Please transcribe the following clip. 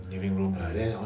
living room